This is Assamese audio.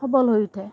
সৱল হৈ উঠে